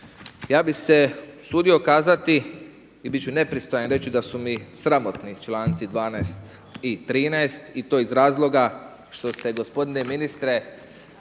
Ja bih se usudio kazati i bit ću nepristojan i reći da su mi sramotni članci 12. i 13. i to iz razloga što ste, gospodine ministre,